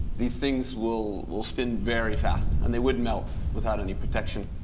these things will will spin very fast, and they would melt without any protection.